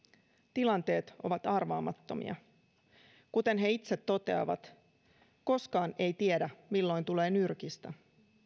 tilanteet ovat arvaamattomia kuten he itse toteavat koskaan ei tiedä milloin tulee nyrkistä